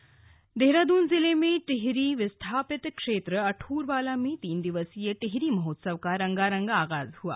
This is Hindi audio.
टिहरी महोत्सव देहरादून जिले में टिहरी विस्थापित क्षेत्र अठूरवाला में तीन दिवसीय टिहरी महोत्सव का रंगारंग आगाज हुआ